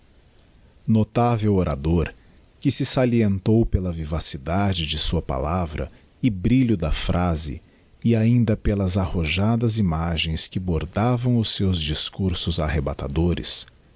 notável orador que se salientou pela vivacidade de sua palavra e brilho da phrase e ainda pelas arrojadas imagens que bordavam os seus discursos arrebatadores